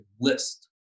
list